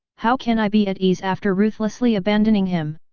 how can i be at ease after ruthlessly abandoning him?